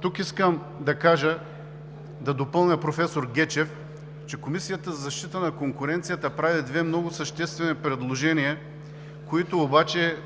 Тук искам да допълня професор Гечев, че Комисията за защита на конкуренцията прави две много съществени предложения, които обаче